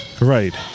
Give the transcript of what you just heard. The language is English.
right